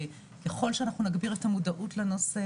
ככל שאנחנו נגביר את המודעות לנושא,